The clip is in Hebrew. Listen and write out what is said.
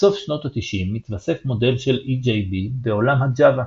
בסוף שנות ה-90 התווסף מודל של EJB בעולם ה-JAVA.